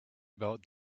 about